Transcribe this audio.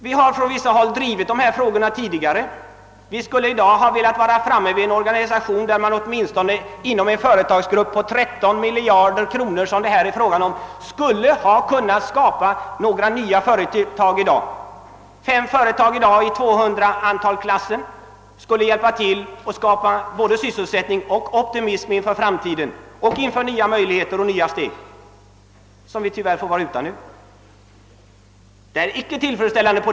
Vi som har drivit dessa frågor tidigare skulle i dag ha velat ha en organisation som gjorde det möjligt att åtminstone inom en företagsgrupp av den storleksordning det här gäller med ett värde på 13 miljarder kronor skapa nya företag i dag. Fem företag i dag i klassen 200 anställda skulle lätta sysselsättningsproblemen och stärka optimismen för framtiden samt möjliggöra nya steg framåt, som vi nu tyvärr inte kan ta. Detta är inte tillfredsställande.